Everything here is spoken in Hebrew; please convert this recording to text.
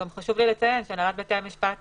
הנהלת בתי המשפט